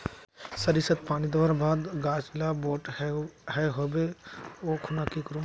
सरिसत पानी दवर बात गाज ला बोट है होबे ओ खुना की करूम?